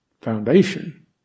foundation